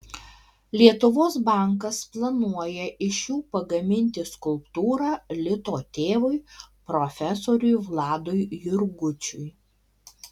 lietuvos bankas planuoja iš jų pagaminti skulptūrą lito tėvui profesoriui vladui jurgučiui